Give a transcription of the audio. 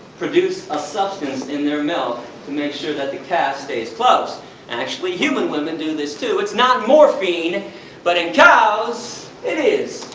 produce a substance in their milk to make sure that the calf stays close. and actually human women do this too it's not morphine but in cows it is,